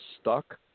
stuck